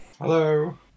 Hello